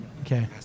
Okay